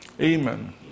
Amen